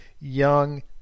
young